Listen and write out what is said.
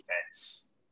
defense